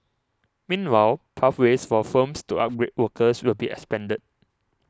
meanwhile pathways for firms to upgrade workers will be expanded